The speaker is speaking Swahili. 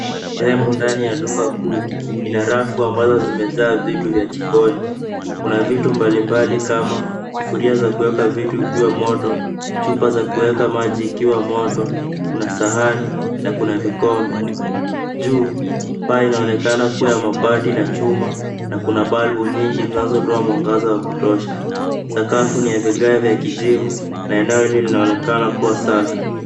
Sehemu ndani ya duka kuu ina rafu ambazo zimejaa vitu vya jikoni. Kuna vitu mbalimbali kama sufuria za kuweka vitu vikiwa moto, chupa za kuweka maji ikiwa moto, kuna sahani, na kuna vikombe. Juu, paa inaonekana kuwa ya mabati na chuma na kuna balbu nyingi zinazotoa mwangaza wa kutosha. Sakafu ni ya vigae vya kijivu na eneo hili linaonekana kuwa safi.